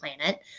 planet